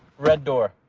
red door.